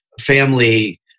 family